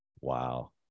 Wow